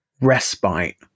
respite